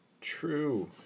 True